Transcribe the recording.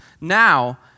now